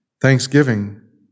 thanksgiving